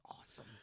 awesome